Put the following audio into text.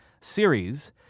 series